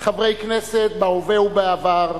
חברי כנסת בהווה ובעבר,